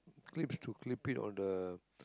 clips to clip it on the